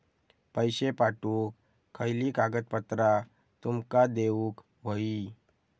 पैशे पाठवुक खयली कागदपत्रा तुमका देऊक व्हयी?